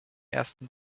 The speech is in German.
ersten